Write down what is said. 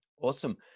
Awesome